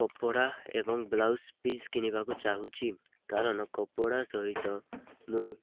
କପଡ଼ା ଏବଂ blouse piece କିଣିବାକୁ ଚାହୁଛି କାରଣ କପଡ଼ା ସହିତ ମୁଁ